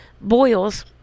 boils